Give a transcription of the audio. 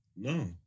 No